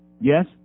Yes